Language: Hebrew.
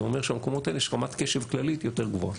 זה אומר שבמקומות האלה יש רמת קשב כללית יותר גבוהה.